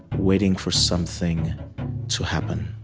waiting for something to happen.